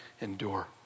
endure